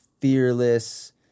fearless